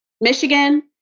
Michigan